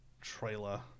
trailer